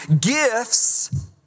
Gifts